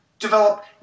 develop